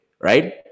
right